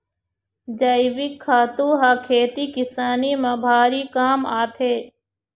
जइविक खातू ह खेती किसानी म भारी काम आथे